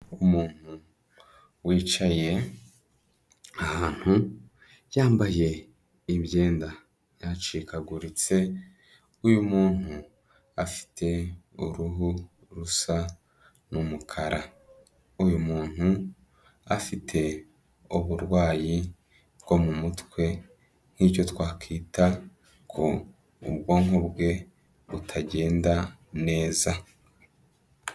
Umuntu wicaye ahantu yambaye ibyenda byacikaguritse, uyu muntu afite uruhu rusa n'umukara. Uyu muntu afite uburwayi bwo mu mutwe nk'icyo twakwita ko ubwonko bwe butagenda neza.